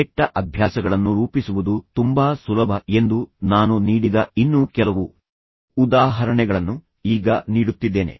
ಕೆಟ್ಟ ಅಭ್ಯಾಸಗಳನ್ನು ರೂಪಿಸುವುದು ತುಂಬಾ ಸುಲಭ ಎಂದು ನಾನು ನೀಡಿದ ಇನ್ನೂ ಕೆಲವು ಉದಾಹರಣೆಗಳನ್ನು ಈಗ ನೀಡುತ್ತಿದ್ದೇನೆ